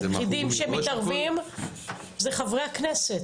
היחידים שמתערבים הם חברי הכנסת.